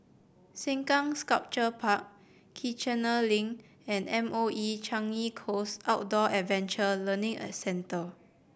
Sengkang Sculpture Park Kiichener Link and M O E Changi Coast Outdoor Adventure Learning Centre